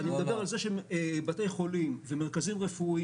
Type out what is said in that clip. אני מדבר על זה שבתי חולים ומרכזים רפואיים